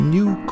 New